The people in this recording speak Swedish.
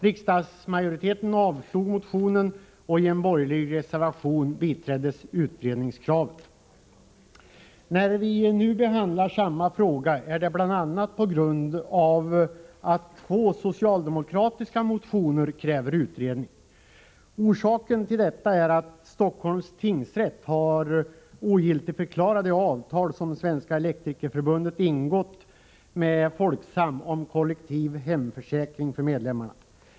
Riksdagsmajoriteten avslog motionen, medan utredningskravet biträddes i en borgerlig reservation. När vi nu behandlar samma fråga är det bl.a. på grund av att man i två socialdemokratiska motioner kräver utredning. Orsaken till detta är att Stockholms tingsrätt har ogiltigförklarat det avtal som Svenska elektrikerförbundet ingått med Folksam om kollektiv hemförsäkring för medlemmarna.